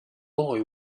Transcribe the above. boy